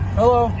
hello